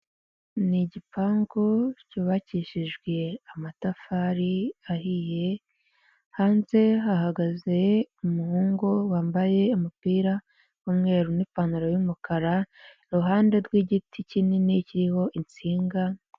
Ni igipangu cyubakishijwe amatafari ahiye, hanze ahagaze umuhungu wambaye umupira w'umweru niipantaro y'umukara, iruhande rw'igiti kinini kiriho insinga.